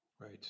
Right